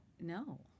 no